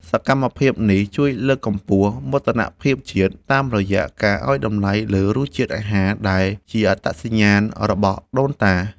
សកម្មភាពនេះជួយលើកកម្ពស់មោទនភាពជាតិ តាមរយៈការឱ្យតម្លៃលើរសជាតិអាហារដែលជាអត្តសញ្ញាណរបស់ដូនតា។